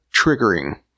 triggering